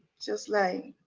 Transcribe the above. just like